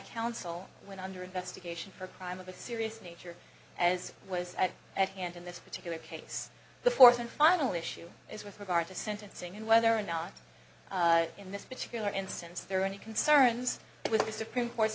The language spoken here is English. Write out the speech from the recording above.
counsel when under investigation for a crime of a serious nature as was at hand in this particular case the fourth and final issue is with regard to sentencing and whether or not in this particular instance there are any concerns with the supreme court's